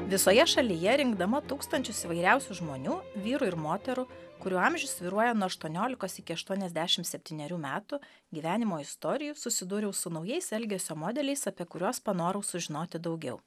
visoje šalyje rinkdama tūkstančius įvairiausių žmonių vyrų ir moterų kurių amžius svyruoja nuo aštuoniolikos iki aštuoniasdešimt septynerių metų gyvenimo istorijų susidūriau su naujais elgesio modeliais apie kuriuos panorau sužinoti daugiau